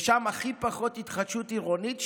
ושם יש הכי פחות התחדשות עירונית,